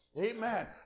Amen